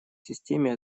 системе